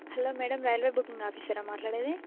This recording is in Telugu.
హలో మేడం రైల్వే బుకింగ్ ఆఫీసరా మాట్లాడేది